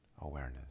awareness